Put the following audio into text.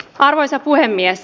arvoisa puhemies